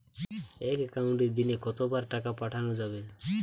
এক একাউন্টে দিনে কতবার টাকা পাঠানো যাবে?